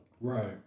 Right